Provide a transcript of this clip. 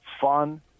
fun